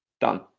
done